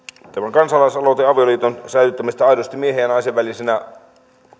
kansalaisaloite avioliiton säilyttämisestä aidosti miehen ja naisen välisenä